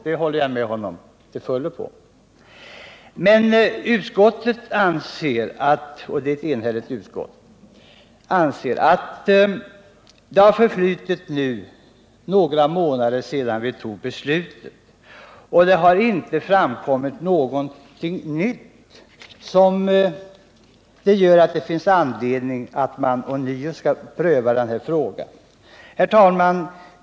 Men ett enhälligt utskott anser att det under de månader som gått sedan vi tog det förra beslutet inte har framkommit något nyss som ger anledning till att ånyo pröva den här frågan. Herr talman!